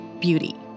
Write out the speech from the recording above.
beauty